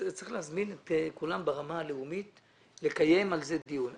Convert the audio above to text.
צריך להזמין את כולם ברמה הלאומית ולקיים על זה דיון.